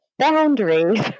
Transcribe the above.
Boundaries